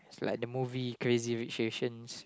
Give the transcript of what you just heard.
it's like the movie Crazy-Rich-Asians